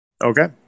Okay